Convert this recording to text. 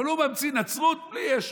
אבל הוא ממציא נצרות בלי ישו,